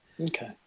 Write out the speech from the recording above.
Okay